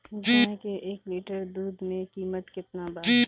गाय के एक लीटर दूध के कीमत केतना बा?